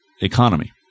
economy